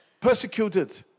persecuted